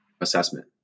assessment